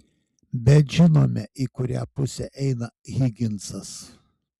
bet žinome į kurią pusę eina higinsas